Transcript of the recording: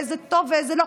איזה טוב ואיזה לא,